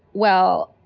well,